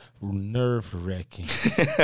nerve-wracking